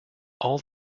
all